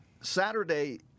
Saturday